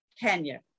Kenya